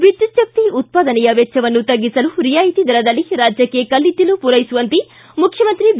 ವಿದ್ಯುಚ್ಛಕ್ತಿ ಉತ್ಪಾದನೆಯ ವೆಚ್ಚವನ್ನು ತಗ್ಗಿಸಲು ರಿಯಾಯತಿ ದರದಲ್ಲಿ ರಾಜ್ಯಕ್ಷೆ ಕಲ್ಲಿದ್ದಲು ಪೂರೈಸುವಂತೆ ಮುಖ್ಯಮಂತ್ರಿ ಬಿ